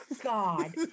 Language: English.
god